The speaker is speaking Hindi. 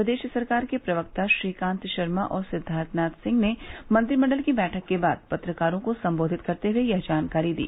प्रदेश सरकार के प्रवक्ता श्रीकांत शर्मा और सिद्वार्थनाथ सिंह ने मंत्रिमंडल की बैठक के बाद पत्रकारों को संबोधित करते हुए यह जानकारी दी